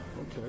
Okay